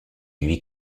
lui